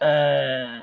অ্যা